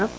F